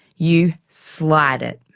you slide it.